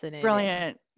Brilliant